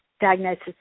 diagnosis